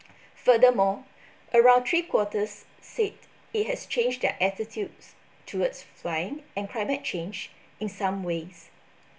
furthermore around three quarters said it has changed their attitudes towards flying and climate change in some ways